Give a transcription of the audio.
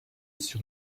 sur